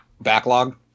backlog